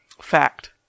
Fact